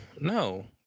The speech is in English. no